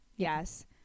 yes